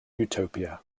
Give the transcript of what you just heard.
utopia